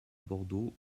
bordeaux